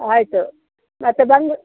ಆಯಿತು ಮತ್ತು ಬಂಗ್